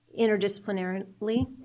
interdisciplinarily